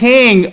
King